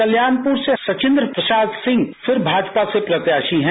कल्याणपुर से सचिंद्र प्रसाद सिंह फिर भाजपा के प्रत्याशी हैं